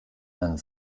einen